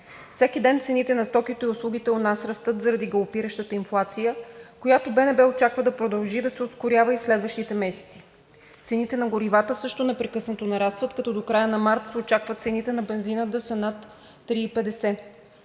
Всеки ден цените на стоките и услугите у нас растат заради галопиращата инфлация, която БНБ очаква да продължи да се ускорява и в следващите месеци. Цените на горивата също непрекъснато нарастват, като до края на март се очаква цените на бензина да са над 3,50